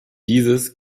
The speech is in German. dieses